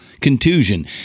Contusion